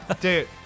Dude